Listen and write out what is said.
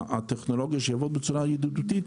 בצורה ידידותית.